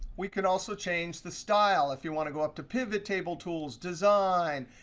we could also change the style. if you want to go up to pivottable tools, design,